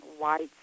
whites